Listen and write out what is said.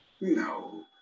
No